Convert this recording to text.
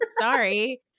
Sorry